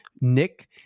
Nick